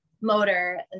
motor